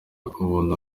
ubuntu